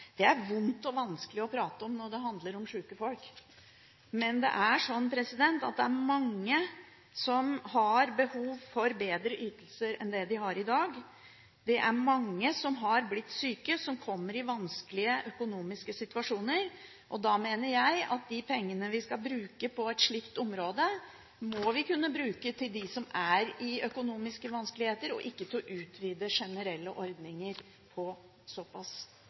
er det vondt og vanskelig å prate om når det handler om syke folk. Det er sånn at det er mange som har behov for bedre ytelser enn det de har i dag. Det er mange som har blitt syke, som kommer i vanskelige økonomiske situasjoner. Da mener jeg at de pengene vi skal bruke på et slikt område, må vi kunne bruke på dem som er i økonomiske vanskeligheter – ikke utvide generelle ordninger på en såpass